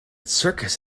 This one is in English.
circus